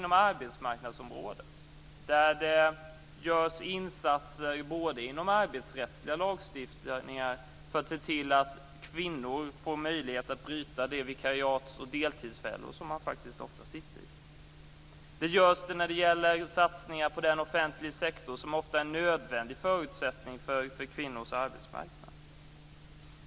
På arbetsmarknadsområdet görs insatser inom den arbetsrättsliga lagstiftningen för att kvinnor skall få möjlighet att bryta de vikariats och deltidsfällor som de ofta sitter i. Vidare görs satsningar på den offentliga sektor som ofta är en nödvändig förutsättning för kvinnors arbetsmarknad.